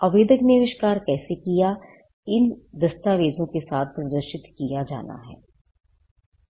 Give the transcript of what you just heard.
आवेदक ने आविष्कार कैसे दिया इसे दस्तावेजों के साथ प्रदर्शित किया जाना है